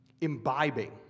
imbibing